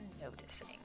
noticing